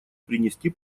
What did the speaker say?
принести